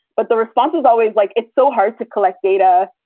but the response was always like, it's so hard to collect data.